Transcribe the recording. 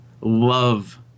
love